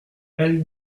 elles